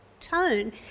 tone